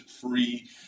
free